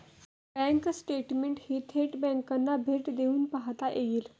bank स्टेटमेंटही थेट बँकांना भेट देऊन पाहता येईल